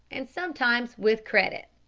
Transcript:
and sometimes with credit.